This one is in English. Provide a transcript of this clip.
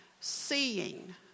seeing